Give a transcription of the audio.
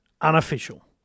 unofficial